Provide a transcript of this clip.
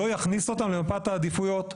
לא יכניס אותם למפת העדיפויות.